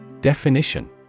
Definition